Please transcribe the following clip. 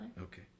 Okay